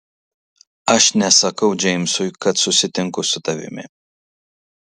aš nesakau džeimsui kad susitinku su tavimi